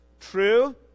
true